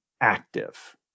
active